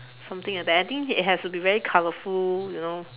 something like that I think it has to be very colourful you know